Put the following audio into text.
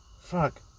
Fuck